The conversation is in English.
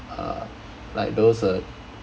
uh like those uh